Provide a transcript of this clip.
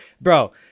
Bro